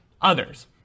others